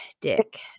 Dick